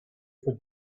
for